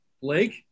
Blake